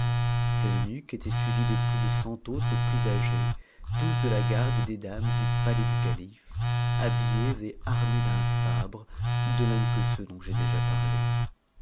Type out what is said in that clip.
ces eunuques étaient suivis de ptu de cent autres plus âgés tous de la garde des dames du palais du calife habillés et armés d'un sabre de même que ceux dont j'ai déjà parlé